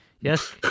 yes